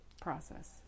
process